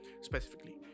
specifically